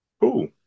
Cool